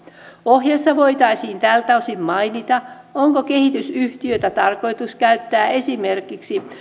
ohjeessa voitaisiin tältä osin mainita onko kehitysyhtiötä tarkoitus käyttää esimerkiksi